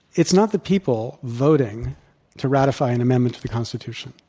it's not the people voting to ratify an amendment to the constitution.